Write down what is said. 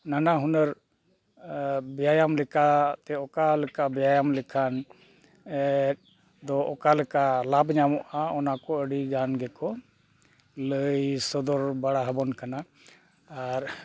ᱱᱟᱱᱟ ᱦᱩᱱᱟᱹᱨ ᱵᱮᱭᱟᱢ ᱞᱮᱠᱟᱛᱮ ᱚᱠᱟ ᱞᱮᱠᱟ ᱵᱮᱭᱟᱢ ᱞᱮᱠᱷᱟᱱ ᱫᱚ ᱚᱠᱟ ᱞᱮᱠᱟ ᱞᱟᱵᱷ ᱧᱟᱢᱚᱜᱼᱟ ᱚᱱᱟᱠᱚ ᱟᱹᱰᱤᱜᱟᱱ ᱜᱮᱠᱚ ᱞᱟᱹᱭ ᱥᱚᱫᱚᱨ ᱵᱟᱲᱟ ᱟᱵᱚᱱ ᱠᱟᱱᱟ ᱟᱨ